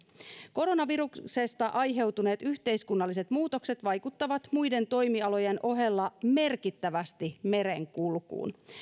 koronaviruksesta aiheutuneet yhteiskunnalliset muutokset vaikuttavat muiden toimialojen ohella merkittävästi merenkulkuun